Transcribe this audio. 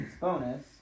bonus